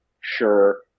sure